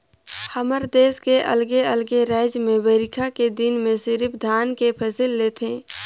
हमर देस के अलगे अलगे रायज में बईरखा के दिन में सिरिफ धान के फसल ले थें